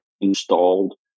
installed